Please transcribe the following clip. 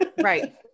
right